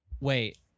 wait